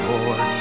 Lord